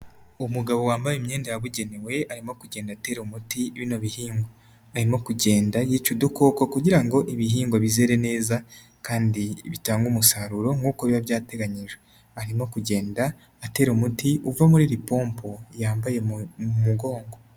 Umugabo wambaye imyenda yabugenewe arimo kugenda atera umuti bino bihingwa, arimo kugenda yica udukoko kugira ngo ibihingwa bizere neza kandi bitange umusaruro nk'uko biba byateganyijwe, arimo kugenda atera umuti uva muri iri pompo yambaye mu mugongo.